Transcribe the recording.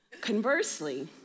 conversely